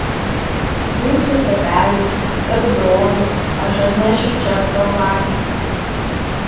jūsų tėveliui ir broliui aš atnešiu čia pavalgyti